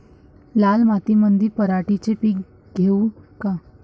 लाल मातीमंदी पराटीचे पीक घेऊ का?